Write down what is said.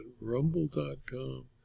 rumble.com